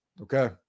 Okay